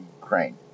Ukraine